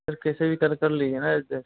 sir कैसे भी कर कर ले